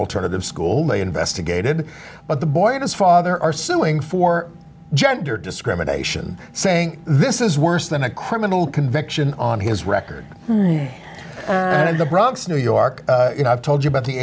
alternative school they investigated but the boy and his father are suing for gender discrimination saying this is worse than a criminal conviction on his record in the bronx new york you know i've told you about the